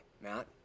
Matt